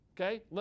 okay